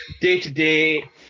day-to-day